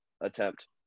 attempt